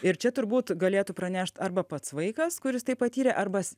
ir čia turbūt galėtų pranešt arba pats vaikas kuris tai patyrė arba